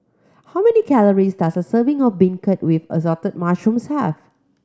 how many calories does a serving of beancurd with Assorted Mushrooms have